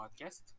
podcast